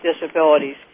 Disabilities